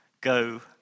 go